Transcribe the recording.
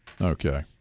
okay